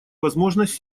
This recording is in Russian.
возможность